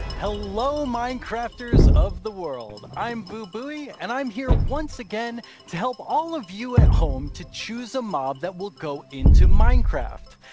hello, minecrafters of the world. i am vu bui, and i'm here once again to help all of you at home to choose a mob that will go into minecraft.